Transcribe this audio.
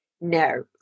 No